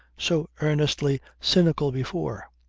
so earnestly cynical before.